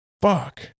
fuck